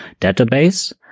database